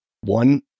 one